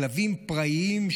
כלבים פראיים,